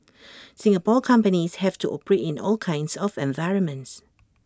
Singapore companies have to operate in all kinds of environments